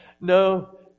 No